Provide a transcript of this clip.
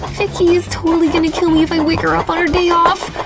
vicky is totally gonna kill me if i wake her up on her day off!